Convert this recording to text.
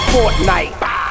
Fortnite